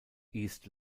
east